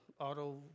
auto